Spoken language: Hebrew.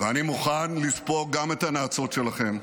אני מוכן לספוג גם את הנאצות שלכם,